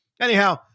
Anyhow